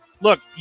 look